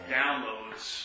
downloads